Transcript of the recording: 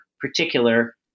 particular